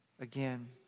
again